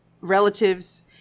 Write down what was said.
relatives